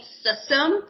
system